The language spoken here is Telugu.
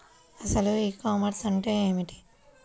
అసలు ఈ కామర్స్ అంటే ఏమిటి?